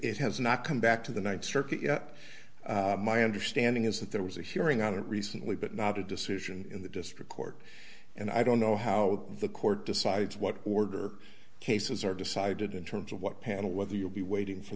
has not come back to the th circuit yet my understanding is that there was a hearing on it recently but not a decision in the district court and i don't know how the court decides what order cases are decided in terms of what panel whether you'll be waiting for